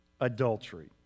adultery